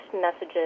messages